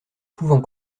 pouvant